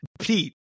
Pete